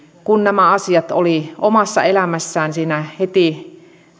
kun nämä asiat oli omassa elämässään siinä heti